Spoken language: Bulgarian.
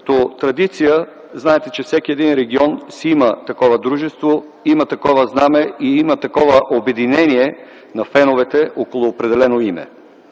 Като традиция, знаете, че всеки един регион си има такова дружество, има такова знаме, има такова обединение на феновете около определено име.